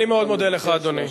אני מאוד מודה לך, אדוני.